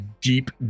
deep